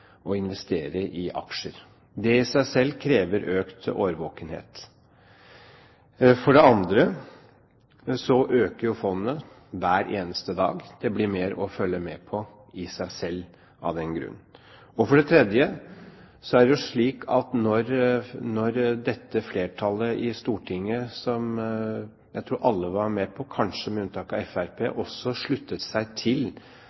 å investere i aksjer. Det i seg selv krever økt årvåkenhet. For det andre øker fondet hver eneste dag. Det blir mer å følge med på av den grunn. Og for det tredje er det slik at da flertallet i Stortinget – jeg tror alle var med, kanskje med unntak av Fremskrittspartiet – sluttet seg til